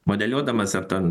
modeliuodamas ar ten